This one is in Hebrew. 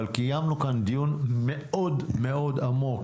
אבל קיימנו כאן דיון מאוד מאוד עמוק,